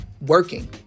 working